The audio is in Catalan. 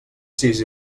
sis